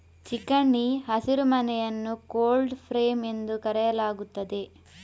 ಚಿಕಣಿ ಹಸಿರುಮನೆಯನ್ನು cold frame ಎಂದು ಕರೆಯಲಾಗುತ್ತದೆ